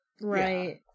Right